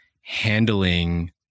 handling